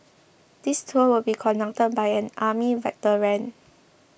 this tour will be conducted by an army veteran